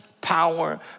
power